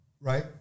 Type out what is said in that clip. right